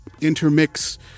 intermix